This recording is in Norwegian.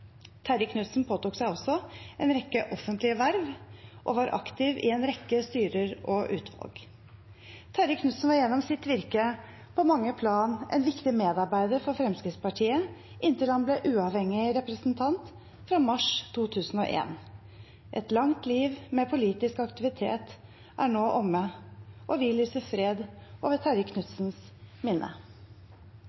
Terje Knudsen påtok seg også en rekke offentlige verv og var aktiv i en rekke styrer og utvalg. Terje Knudsen var gjennom sitt virke på mange plan en viktig medarbeider for Fremskrittspartiet, inntil han ble uavhengig representant fra mars 2001. Et langt liv med politisk aktivitet er nå omme. Vi lyser fred over Terje